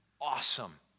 awesome